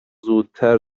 زودتر